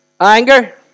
Anger